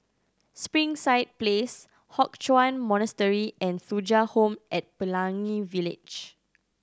Springside Place Hock Chuan Monastery and Thuja Home at Pelangi Village